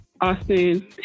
Austin